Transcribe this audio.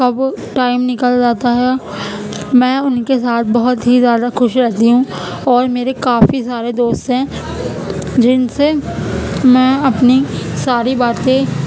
کب ٹائم نکل جاتا ہے میں ان کے ساتھ بہت ہی زیادہ خوش رہتی ہوں اور میرے کافی سارے دوست ہیں جن سے میں اپنی ساری باتیں